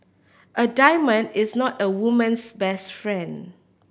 a diamond is not a woman's best friend